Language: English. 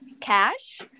cash